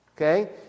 okay